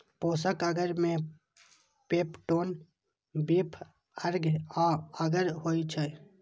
पोषक अगर मे peptone, beef अर्क आ अगर होइ छै